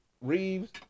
Reeves